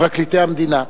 המדינה,